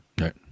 Right